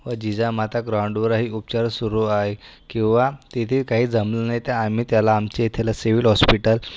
व जिजामाता ग्राऊंडवरही उपचार सुरू आहे किंवा तिथे काही जमलं नाही तर आम्ही त्याला आमच्या इथलं सिविल हॉस्पिटल